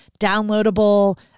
downloadable